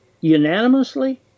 unanimously